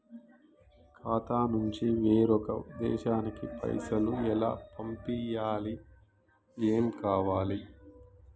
ఖాతా నుంచి వేరొక దేశానికి పైసలు ఎలా పంపియ్యాలి? ఏమేం కావాలి?